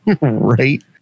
Right